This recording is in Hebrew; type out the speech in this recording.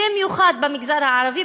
במיוחד במגזר הערבי,